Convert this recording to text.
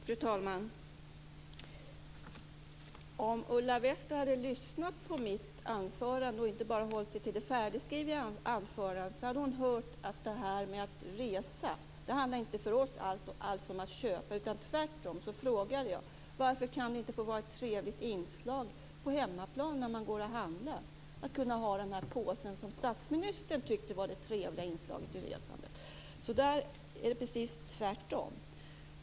Fru talman! Om Ulla Wester hade lyssnat på mitt anförande, och inte bara hållit sig till sitt färdigskrivna anförande, hade hon hört att resandet för oss inte alls handlar om att köpa. Tvärtom frågade jag varför det inte kan få vara ett trevligt inslag på hemmaplan när man går och handlar, att kunna ha den här påsen som statsministern tyckte var det trevliga inslaget i resandet. Där är det precis tvärtom.